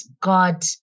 God